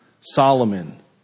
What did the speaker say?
Solomon